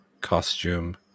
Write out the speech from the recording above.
costume